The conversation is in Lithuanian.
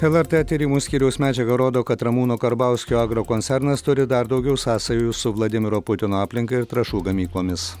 lrt tyrimų skyriaus medžiaga rodo kad ramūno karbauskio agrokoncernas turi dar daugiau sąsajų su vladimiro putino aplinka ir trąšų gamyklomis